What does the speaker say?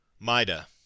mida